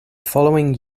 following